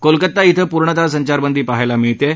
कोलकत्ता इथं पूर्णतः संचारबंदी बघायला मिळत आहे